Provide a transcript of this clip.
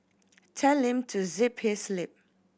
tell him to zip his lip